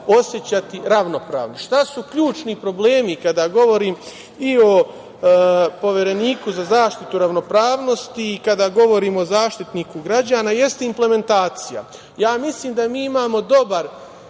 osećati ravnopravno. Šta su ključni problemi kada govorim i o Povereniku za zaštitu ravnopravnosti i kada govorimo o Zaštitniku građana? To je implementacija. Ja mislim da mi u većini